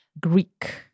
Greek